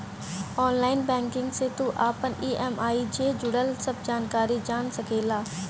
online banking से तू अपनी इ.एम.आई जे जुड़ल सब जानकारी जान सकेला